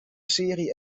serie